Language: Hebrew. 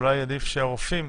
אולי עדיף שהרופאים